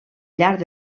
llarg